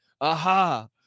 aha